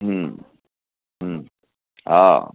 हा